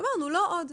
אמרנו לא עוד.